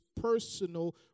personal